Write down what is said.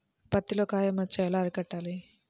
పత్తిలో కాయ మచ్చ ఎలా అరికట్టాలి?